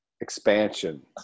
expansion